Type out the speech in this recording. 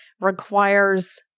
requires